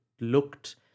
looked